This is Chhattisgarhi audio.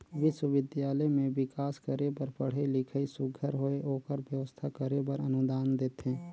बिस्वबिद्यालय में बिकास करे बर पढ़ई लिखई सुग्घर होए ओकर बेवस्था करे बर अनुदान देथे